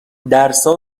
درسا